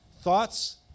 Thoughts